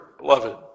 beloved